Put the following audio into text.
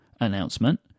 announcement